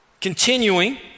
Continuing